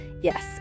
Yes